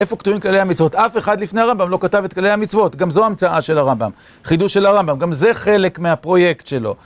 איפה כתובים כללי המצוות, אף אחד לפני הרמב״ם לא כתב את כללי המצוות, גם זו המצאה של הרמב״ם, חידוש של הרמב״ם, גם זה חלק מהפרויקט שלו.